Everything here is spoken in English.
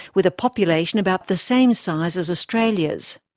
with a population about the same size as australia's.